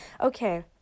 Okay